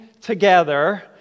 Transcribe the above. together